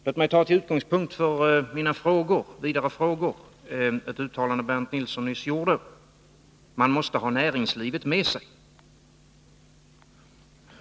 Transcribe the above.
Låt mig ta till utgångspunkt för mina frågor ett uttalande som Bernt Nilsson nyss gjorde om att man måste ha näringslivet med sig.